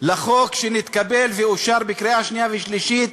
לחוק שהתקבל ואושר בקריאה שנייה ושלישית